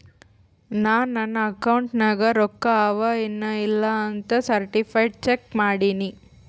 ನಾ ನನ್ ಅಕೌಂಟ್ ನಾಗ್ ರೊಕ್ಕಾ ಅವಾ ಎನ್ ಇಲ್ಲ ಅಂತ ಸರ್ಟಿಫೈಡ್ ಚೆಕ್ ಮಾಡಿನಿ